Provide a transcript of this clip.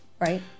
right